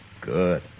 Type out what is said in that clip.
Good